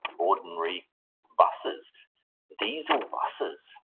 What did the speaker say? ordinary buses diesel buses.